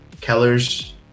Keller's